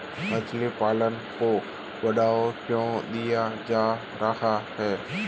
मछली पालन को बढ़ावा क्यों दिया जा रहा है?